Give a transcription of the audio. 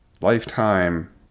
lifetime